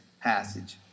passage